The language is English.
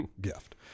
gift